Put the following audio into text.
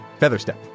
Featherstep